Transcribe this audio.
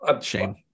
shame